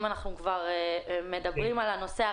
אם אנחנו כבר מדברים על הנושא.